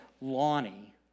Lonnie